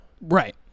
right